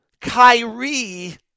Kyrie